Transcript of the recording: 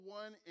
one